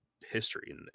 history